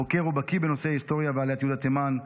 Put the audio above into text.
חוקר ובקיא בנושאי היסטוריה ועליית יהודי תימן,